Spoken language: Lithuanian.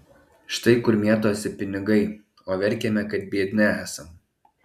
štai kur mėtosi pinigai o verkiame kad biedni esam